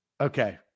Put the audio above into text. Okay